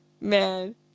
Man